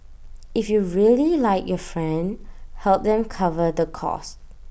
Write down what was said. if you really like your friend help them cover the cost